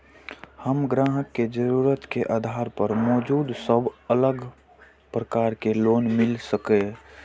हम ग्राहक के जरुरत के आधार पर मौजूद सब अलग प्रकार के लोन मिल सकये?